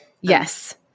Yes